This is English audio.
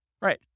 Right